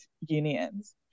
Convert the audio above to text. unions